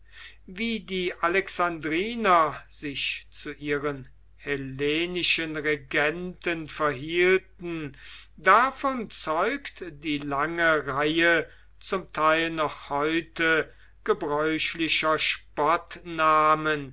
wie die alexandriner sich zu ihren hellenischen regenten verhielten davon zeugt die lange reihe zum teil noch heute gebräuchlicher